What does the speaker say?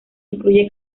incluye